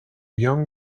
young